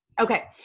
Okay